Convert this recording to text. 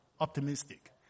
optimistic